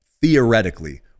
theoretically